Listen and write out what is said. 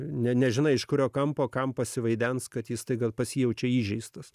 nežinai iš kurio kampo kam pasivaidens kad jis staiga pasijaučia įžeistas